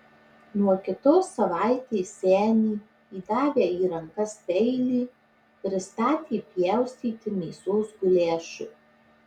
nuo kitos savaitės senį įdavę į rankas peilį pristatė pjaustyti mėsos guliašui